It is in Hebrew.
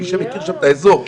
מי שמכיר שם את האזור,